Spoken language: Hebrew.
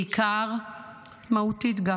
בעיקר --- לא פורמלית --- מהותית גם,